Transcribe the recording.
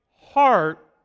heart